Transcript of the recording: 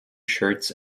shirts